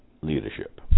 leadership